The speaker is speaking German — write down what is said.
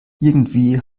irgendwie